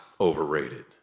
overrated